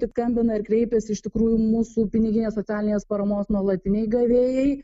tik skambina ir kreipiasi iš tikrųjų mūsų piniginės socialinės paramos nuolatiniai gavėjai